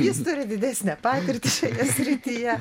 jis turi didesnę patirtį šioje srityje